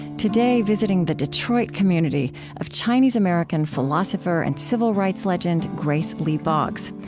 today visiting the detroit community of chinese-american philosopher and civil rights legend grace lee boggs.